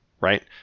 Right